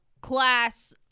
class